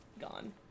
gone